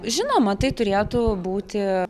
žinoma tai turėtų būti